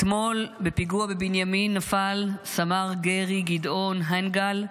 אתמול בפיגוע בבנימין נפל סמ"ר גרי גדעון הנגהאל,